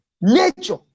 nature